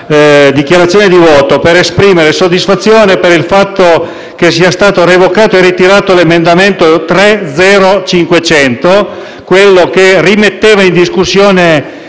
dichiarazione di voto anche per esprimere soddisfazione per il fatto che sia stato ritirato l'emendamento 3.0.500, che rimetteva in discussione